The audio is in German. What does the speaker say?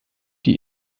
die